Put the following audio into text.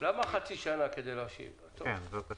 למה חצי שנה כדי להשיב את הכסף?